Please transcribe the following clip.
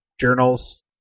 journals